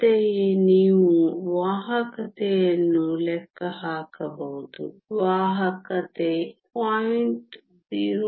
ಅಂತೆಯೇ ನೀವು ವಾಹಕತೆಯನ್ನು ಲೆಕ್ಕ ಹಾಕಬಹುದು ವಾಹಕತೆ 0